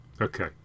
okay